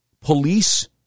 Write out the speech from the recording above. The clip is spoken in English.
police